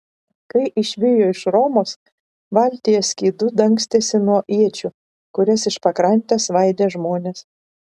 kai išvijo iš romos valtyje skydu dangstėsi nuo iečių kurias iš pakrantės svaidė žmonės